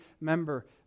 member